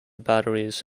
batteries